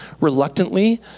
reluctantly